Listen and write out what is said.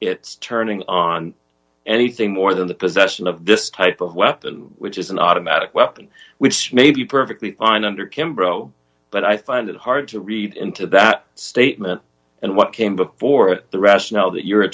it's turning on anything more than the possession of this type of weapon which is an automatic weapon which may be perfectly fine and or kimbo but i find it hard to read into that statement and what came before it the rationale that you're a